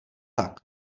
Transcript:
tak